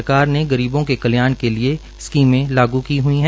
सरकार ने गरीबों के कल्याण के लिए स्कीमें लागू की हई हैं